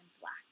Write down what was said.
black